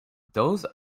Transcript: those